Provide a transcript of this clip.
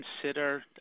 consider